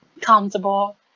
comfortable